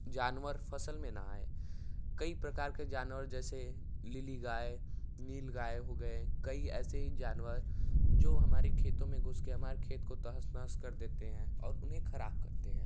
जानवर फसल में ना आएं कई प्रकार के जानवर जैसे नीली गाय नील गाय हो गए कई ऐसे ही जानवर जो हमारे खेतों में घुस के हमारे खेत को तहस नहस कर देते हैं और उन्हें खराब करते हैं